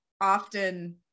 often